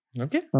Okay